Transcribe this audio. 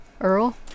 Earl